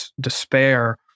despair